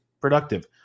productive